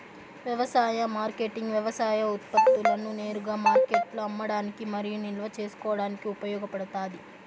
వ్యవసాయ మార్కెటింగ్ వ్యవసాయ ఉత్పత్తులను నేరుగా మార్కెట్లో అమ్మడానికి మరియు నిల్వ చేసుకోవడానికి ఉపయోగపడుతాది